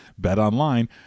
BetOnline